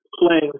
playing